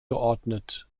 geordnet